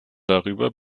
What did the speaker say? darüber